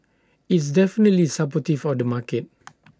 it's definitely supportive of the market